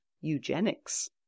eugenics